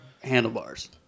handlebars